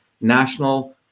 national